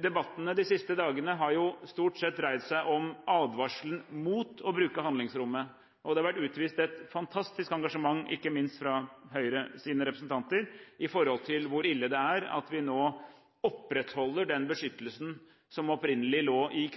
Debattene de siste dagene har jo stort sett dreid seg om advarselen mot å bruke handlingsrommet, og det har vært utvist et fantastisk engasjement – ikke minst fra Høyres representanter – når det gjelder hvor ille det er at vi nå opprettholder den beskyttelsen som opprinnelig lå i